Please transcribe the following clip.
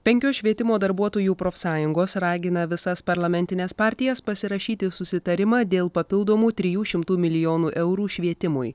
penkios švietimo darbuotojų profsąjungos ragina visas parlamentines partijas pasirašyti susitarimą dėl papildomų trijų šimtų milijonų eurų švietimui